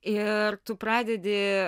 ir tu pradedi